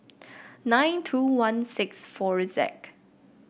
nine two one six four Z